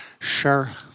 sure